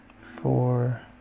four